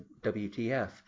WTF